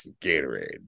Gatorade